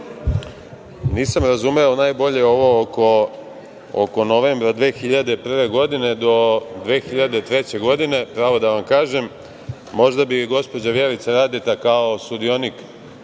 Nisam razumeo najbolje ovo oko novembra 2001. godine do 2003. godine, pravo da vam kažem. Možda bi gospođa Vjerica Radeta kao sudionik